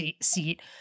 seat